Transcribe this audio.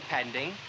Pending